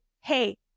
hey